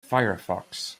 firefox